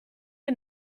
che